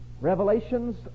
Revelations